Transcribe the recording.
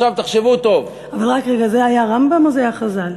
רק רגע, זה היה הרמב"ם או זה היה חז"ל?